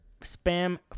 spam